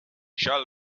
shall